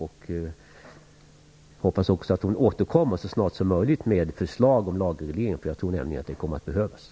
Jag hoppas också att hon återkommer så snart som möjligt med förslag om lagreglering, eftersom jag tror att det kommer att behövas.